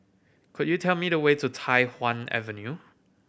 could you tell me the way to Tai Hwan Avenue